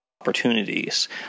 opportunities